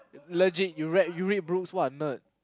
legit you read you read books what a nerd